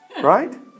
right